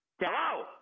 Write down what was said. Hello